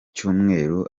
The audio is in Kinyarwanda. cyumweru